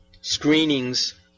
screenings